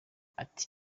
ati